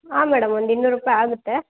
ಆಂ madam ಒಂದು ಇನ್ನೂರು ರೂಪಾಯಿ ಆಗುತ್ತೆ